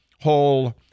whole